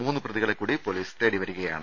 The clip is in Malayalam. മൂന്നു പ്രതികളെ കൂടി പൊലീസ് തേടിവരികയാണ്